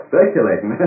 Speculating